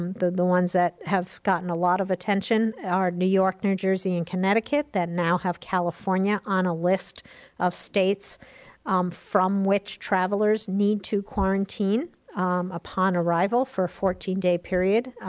um the the ones that have gotten a lot of attention, new york, new jersey, and connecticut, that now have california on a list of states from which travelers need to quarantine upon arrival for a fourteen day period.